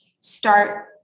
start